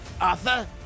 Arthur